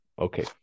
okay